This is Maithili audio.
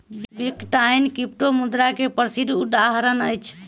बिटकॉइन क्रिप्टोमुद्रा के प्रसिद्ध उदहारण अछि